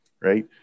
right